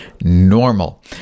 normal